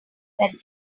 that